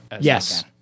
Yes